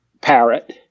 parrot